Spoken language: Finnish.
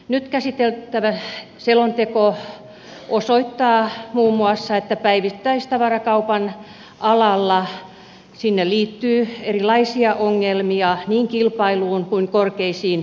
nyt käsiteltävä selonteko osoittaa muun muassa että päivittäistavarakaupan alalla liittyy erilaisia ongelmia niin kilpailuun kuin korkeisiin kuluttajahintoihin